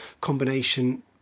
combination